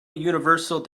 universal